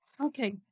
Okay